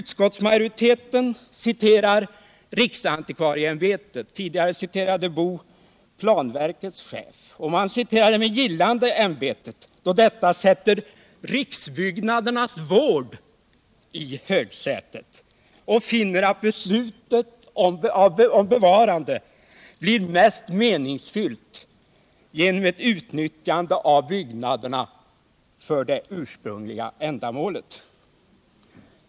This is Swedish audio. Tidigare citerade Karl Boo planverkets chef och utskottsmajoriteten citerar med gillande riksantikvarieämbetet då detta sätter riksbyggnadernas vård i högsätet och finner att beslutet om bevarande blir mest meningsfyllt genom ett utnyttjande av byggnaderna för det ursprungliga ändamålet.